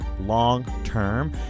long-term